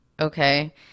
Okay